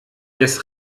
des